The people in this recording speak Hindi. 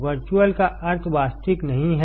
वर्चुअल का अर्थ वास्तविक नहीं है